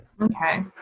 Okay